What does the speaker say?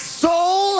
soul